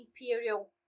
Imperial